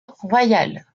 royal